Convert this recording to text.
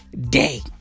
day